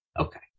Okay